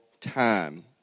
time